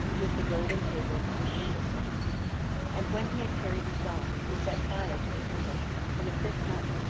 with the golden tables and the candlesticks and when he had carried these off, he set fire to the temple in the fifth month,